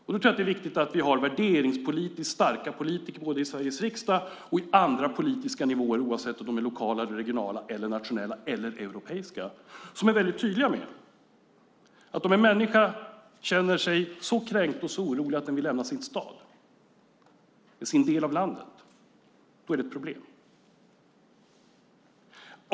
Då tror jag att det är viktigt att vi har värderingspolitiskt starka politiker både i Sveriges riksdag och på andra politiska nivåer oavsett om de är lokala, regionala, nationella eller europeiska som är tydliga med att om en människa känner sig så kränkt och orolig att han eller hon vill lämna sin stad och sin del av landet då är det ett problem.